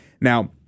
Now